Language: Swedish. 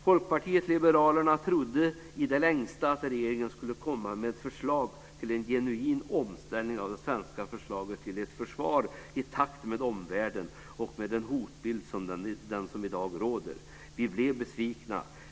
Folkpartiet liberalerna trodde in i det längsta att regeringen skulle komma med ett förslag till en genuin omställning av det svenska försvaret till ett försvar i takt med omvärlden och med den hotbild som i dag råder. Vi blev besvikna.